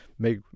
Make